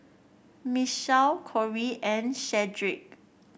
Mitchell Kori and Shedrick